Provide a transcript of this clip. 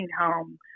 home